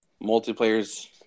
Multiplayer's